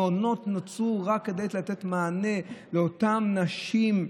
מעונות נוצרו רק כדי לתת מענה לאותן נשים,